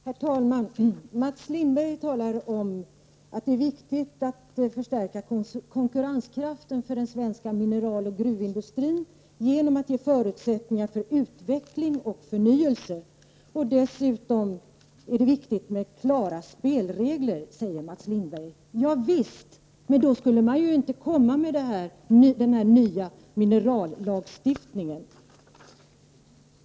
Herr talman! Mats Lindberg talar om att det är viktigt att förstärka konkurrenskraften för den svenska mineral och gruvindustrin genom att ge den förutsättningar för utveckling och förnyelse. Dessutom är det viktigt med klara spelregler, säger Mats Lindberg. Javisst, men då skall man inte komma med den nya minerallagstiftningen.